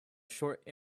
short